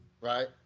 right